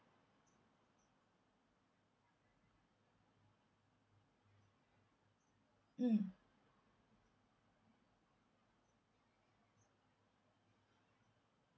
mm